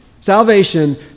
salvation